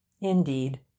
Indeed